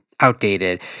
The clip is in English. outdated